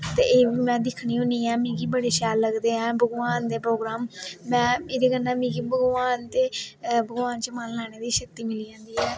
ते एह् बी में दिक्खनी होन्नी ऐं मिगी बड़े शैल लगदे ऐ भगवान दे प्रोग्राम एह्दे कन्नै मिगी भगवान दे भगवान च मन लाने दा शक्ति मिली जंदी ऐ